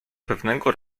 pewnego